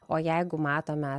o jeigu matome